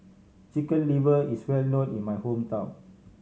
Chicken Liver is well known in my hometown